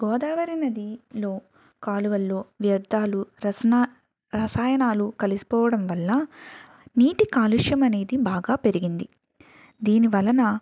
గోదావరినదిలో కాలువలలో వ్యర్దాలు రస్నా రసాయనాలు కలిసిపోవడం వల్ల నీటికాలుష్యం అనేది బాగా పెరిగింది దీనివలన